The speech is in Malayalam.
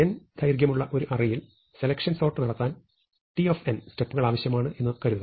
n ദൈർഘ്യമുള്ള ഒരു അറേയിൽ സെലക്ഷൻ സോർട്ട് നടത്താൻ t സ്റ്റെപ്പുകൾ ആവശ്യമാണ് എന്ന് കരുതുക